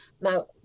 Now